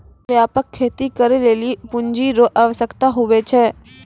व्यापक खेती करै लेली पूँजी रो आवश्यकता हुवै छै